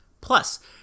Plus